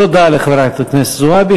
תודה לחברת הכנסת זועבי.